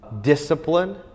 discipline